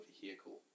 vehicle